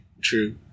True